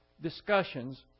discussions